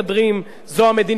זה המדיניות שלנו.